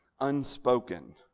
unspoken